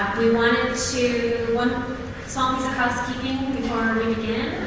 we wanted to psalms of housekeeping before we begin,